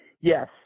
Yes